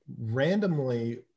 randomly